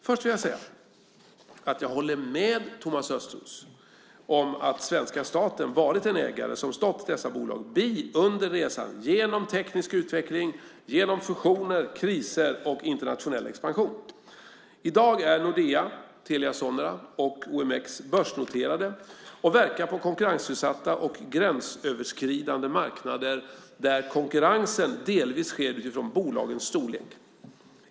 Först vill jag säga att jag håller med Thomas Östros om att svenska staten varit en ägare som stått dessa bolag bi under resan genom teknisk utveckling och genom fusioner, kriser och internationell expansion. I dag är Nordea, Telia Sonera och OMX börsnoterade och verkar på konkurrensutsatta och gränsöverskridande marknader där konkurrensen delvis sker utifrån bolagens storlek.